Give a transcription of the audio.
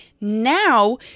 now